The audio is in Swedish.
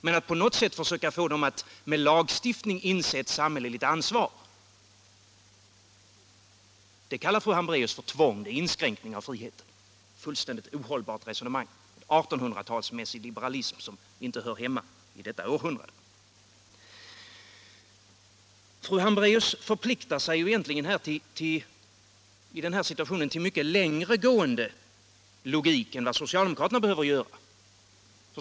Men att på något sätt med lagstiftning försöka få kapitalet att inse ett samhälleligt ansvar, det kallar fru Hambraeus tvång, det är en inskränkning av friheten. Ett fullständigt ohållbart resonemang, en 1800-talsmässig liberalism som inte hör hemma i detta århundrade! Fru Hambraeus förpliktar sig egentligen i den här situationen till en mycket längre gående logik än socialdemokraterna behöver göra.